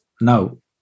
no